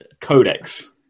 codex